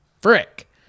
frick